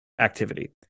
activity